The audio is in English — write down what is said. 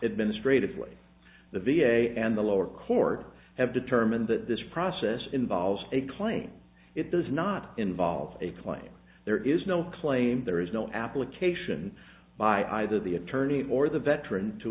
administratively the v a and the lower court have determined that this process involves a claim it does not involve a claim there is no claim there is no application by either the attorney or the veteran to